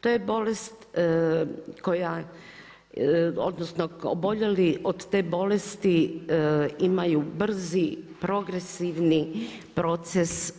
To je bolest koja odnosno oboljeli od te bolesti imaju brzi, progresivni proces